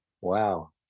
Wow